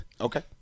Okay